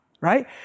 right